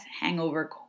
hangover